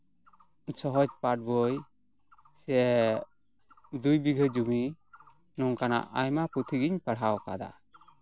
ᱥᱚᱦᱚᱡᱯᱟᱴᱷ ᱵᱳᱭ ᱥᱮ ᱫᱩᱭ ᱵᱤᱜᱷᱟᱹ ᱡᱚᱢᱤ ᱱᱚᱝᱠᱟᱱᱟᱜ ᱟᱭᱢᱟ ᱯᱩᱛᱷᱤ ᱜᱤᱧ ᱯᱟᱲᱦᱟᱣ ᱟᱠᱟᱫᱟ